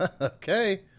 Okay